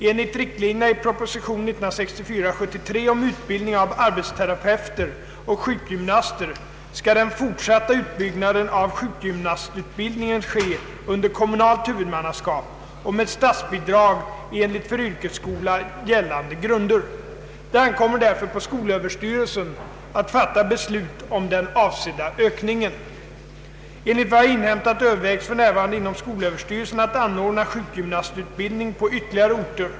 Enligt riktlinjerna i propositionen 73 år 1964 om utbildning av arbetsterapeuter och sjukgymnaster skall den fortsatta utbyggnaden av sjukgymnastutbildningen ske under kommunalt huvudmannaskap och med statsbidrag enligt för yrkesskola gällande grunder. Det ankommer därför på skolöverstyrelsen att fatta beslut om den avsedda ökningen. Enligt vad jag inhämtat övervägs för närvarande inom skolöverstyrelsen att anordna sjukgymnastutbildning på ytterligare orter.